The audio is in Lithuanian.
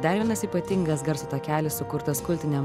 dar vienas ypatingas garso takelis sukurtas kultiniam